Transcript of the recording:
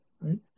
right